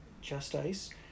Justice